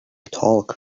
talk